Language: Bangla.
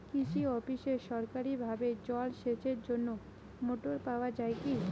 কৃষি অফিসে সরকারিভাবে জল সেচের জন্য মোটর পাওয়া যায় কি?